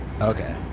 Okay